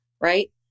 right